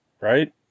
right